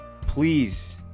please